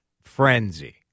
frenzy